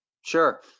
Sure